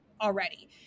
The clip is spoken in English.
already